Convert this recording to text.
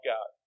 God